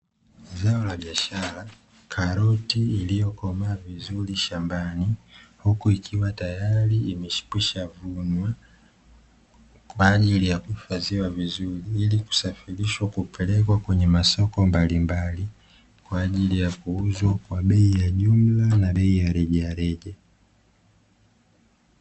Zao la biashara karoti iliyokomaa vizuri shambani, huku ikiwa tayari imekwisha vunwa kwa ajili ya kuhifadhiwa vizuri ili kusafirishwa kupelekwa kwenye masoko mbalimbali kwa ajili ya kuuzwa kwa bei ya jumla na bei ya rejareja.